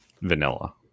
vanilla